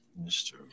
Mr